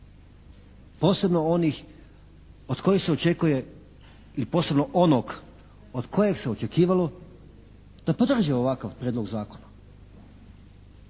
posebno onog od kojeg se očekivalo da podrži ovakav prijedlog zakona.